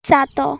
ସାତ